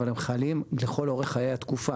אבל הם חלים לכל אורך חיי התקופה.